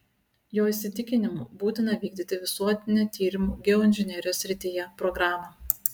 jo įsitikinimu būtina vykdyti visuotinę tyrimų geoinžinerijos srityje programą